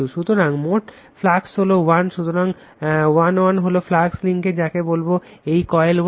সুতরাং মোট ফ্লাক্স হল 1 সুতরাং 1 1 হল ফ্লাক্স লিঙ্কেজ যাকে বলবো এই কয়েল 1